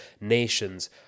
nations